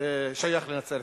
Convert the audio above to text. הוא שייך לנצרת-עילית.